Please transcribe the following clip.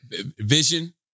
vision